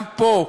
גם פה,